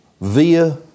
via